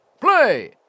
Play